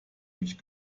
nicht